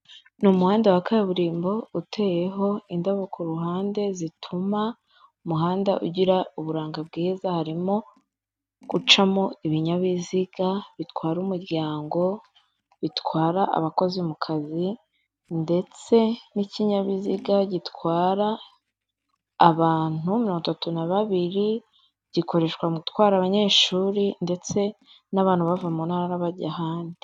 Ni umuhanda wa kaburimbo uteyeho indabo kuruhande zituma umuhanda ugira uburanga bwiza harimo gucamo ibinyabiziga bitwara umuryango bitwara abakozi mu kazi ndetse n'ikinyabiziga gitwara abantu batatu na babiri gikoreshwa gutwara abanyeshuri ndetse n'abantu bava mu ntara bajya ahandi.